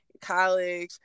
college